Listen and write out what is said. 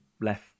left